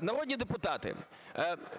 народні депутати,